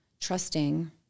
trusting